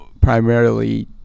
primarily